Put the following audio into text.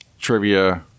trivia